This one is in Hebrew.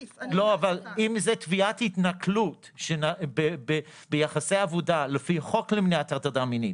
אבל אם זה תביעת התנכלות ביחסי עבודה לפי חוק למניעת הטרדה מינית,